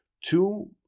two